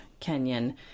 Kenyan